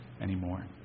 anymore